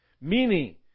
Meaning